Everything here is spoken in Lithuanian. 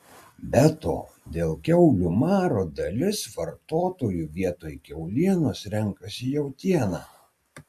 be to dėl kiaulių maro dalis vartotojų vietoj kiaulienos renkasi jautieną